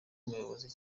umuyobozi